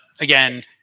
again